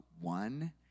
one